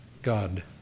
God